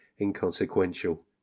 inconsequential